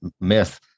myth